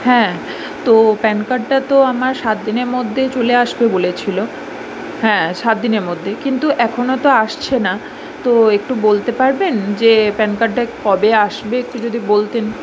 হ্যাঁ তো প্যান কার্ডটা তো আমার সাত দিনের মধ্যে চলে আসবে বলেছিলো হ্যাঁ সাত দিনের মধ্যে কিন্তু এখনও তো আসছে না তো একটু বলতে পারবেন যে প্যান কার্ডটা কবে আসবে একটু যদি বলতেন